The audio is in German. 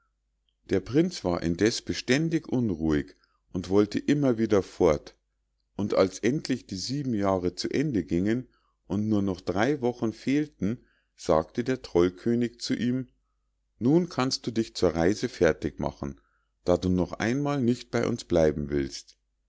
der prinz war indeß beständig unruhig und wollte immer wieder fort und als endlich die sieben jahre zu ende gingen und nur noch drei wochen fehlten sagte der trollkönig zu ihm nun kannst du dich zur reise fertig machen da du doch einmal nicht bei uns bleiben willst